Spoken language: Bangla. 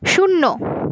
শূন্য